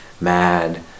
mad